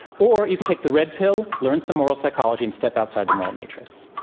or you can take the red pill, learn some moral psychology and step outside the moral matrix.